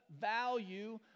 value